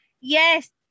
Yes